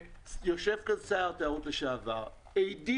יושב פה שר התיירות לשעבר, אסף זמיר.